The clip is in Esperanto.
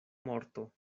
morto